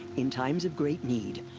in times of great need.